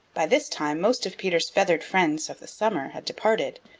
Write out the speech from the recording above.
by this time most of peter's feathered friends of the summer had departed,